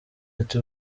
ati